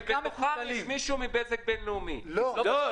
מתוך